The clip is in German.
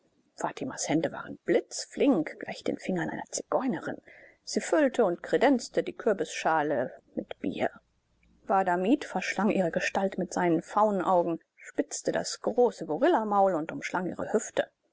fatimas hände waren blitzflink gleich den fingern einer zigeunerin sie füllte und kredenzte die kürbisschale mit bier wahadamib verschlang ihre gestalt mit seinen faunaugen spitzte das große gorillamaul und umschlang ihre hüfte